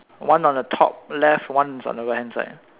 one on the top left one is on the right hand side